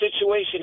situation